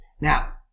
Now